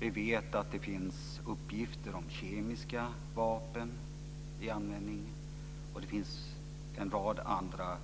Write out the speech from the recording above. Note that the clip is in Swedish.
Vi vet att det finns uppgifter om kemiska vapen, och det finns en rad andra